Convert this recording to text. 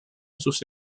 sus